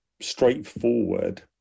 straightforward